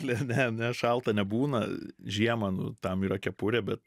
ne ne ne šalta nebūna žiemą nu tam yra kepurė bet